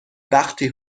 وقتی